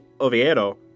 Oviedo